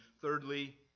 thirdly